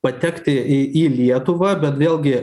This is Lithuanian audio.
patekti į į lietuvą bet vėlgi